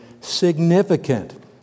significant